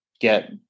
get